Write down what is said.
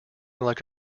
like